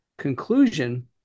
conclusion